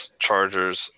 Chargers